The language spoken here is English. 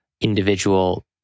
individual